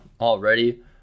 already